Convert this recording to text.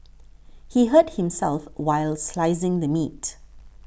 he hurt himself while slicing the meat